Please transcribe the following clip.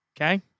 Okay